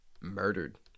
murdered